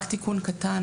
רק תיקון קטן.